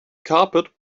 carpet